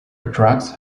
attracts